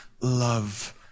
love